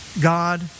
God